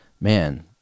man